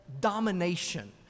domination